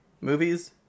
movies